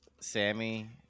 Sammy